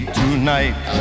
tonight